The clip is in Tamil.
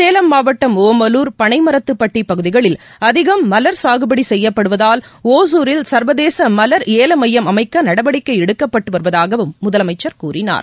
சேலம் மாவட்டம் ஓமலூர் பனைமரத்துப்பட்டி பகுதிகளில் அதிகம் மலர் சாகுபடி செய்யப்படுவதால் ஒசூரில் சர்வதேச மலர் ஏல மையம் அமைக்க நடவடிக்கை எடுக்கப்பட்டு வருவதாகவும் முதலமைச்சர் கூறினார்